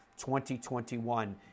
2021